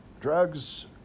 drugs